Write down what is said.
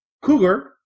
Cougar